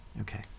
Okay